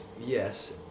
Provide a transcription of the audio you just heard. Yes